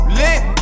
lit